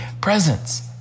presence